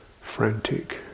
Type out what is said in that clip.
frantic